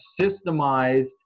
systemized